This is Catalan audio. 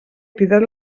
cridat